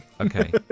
Okay